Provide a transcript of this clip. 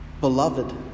beloved